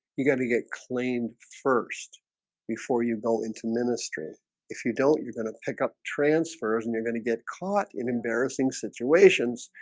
you got to get claimed first before you go into ministry if you don't you're gonna pick up transfers and you're going to get caught in embarrassing situations